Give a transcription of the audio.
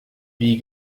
wie